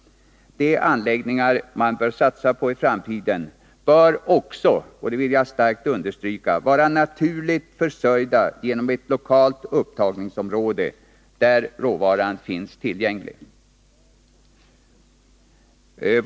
De anläggningar man bör satsa på i framtiden bör också — det vill jag starkt understryka — vara naturligt försörjda genom ett lokalt upptagningsområde, där råvaran finns tillgänglig.